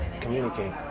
communicate